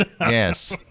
Yes